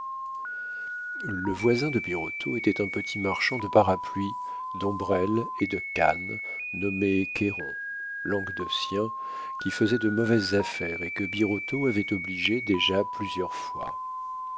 le voisin de birotteau était un petit marchand de parapluies d'ombrelles et de cannes nommé cayron languedocien qui faisait de mauvaises affaires et que birotteau avait obligé déjà plusieurs fois